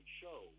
show